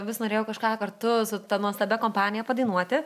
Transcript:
vis norėjau kažką kartu su ta nuostabia kompanija padainuoti